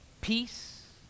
peace